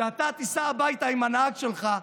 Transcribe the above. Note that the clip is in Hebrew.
כשאתה תיסע הביתה עם הנהג שלך,